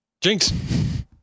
Jinx